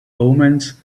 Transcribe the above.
omens